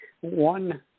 one